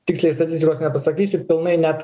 tiksliai statistikos nepasakysiu pilnai net